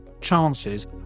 chances